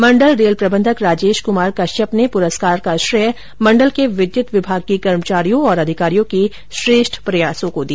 मंडल रेल प्रबंधक राजेश कुमार कश्यप ने पूरस्कार का श्रेय मंडल के विद्यत विभाग के कर्मचारियों और अधिकारियों के श्रेष्ठ प्रयासों को दिया